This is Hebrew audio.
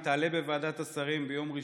היא תעלה בוועדת השרים ביום ראשון,